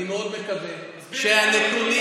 אני מאוד מקווה שהנתונים,